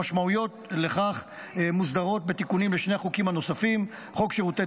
המשמעויות לכך מוסדרות בתיקונים לשני חוקים נוספים: בתיקון לחוק שירותי